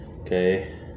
Okay